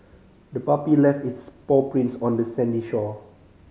the puppy left its paw prints on the sandy shore